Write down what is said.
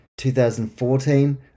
2014